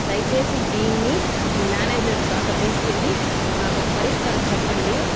దయచేసి దీన్ని మీ మేనేజర్ దాకా తీసుకు వెళ్ళి నాకు ఒక పరిష్కారం చెప్పండి